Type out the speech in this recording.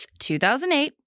2008